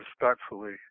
respectfully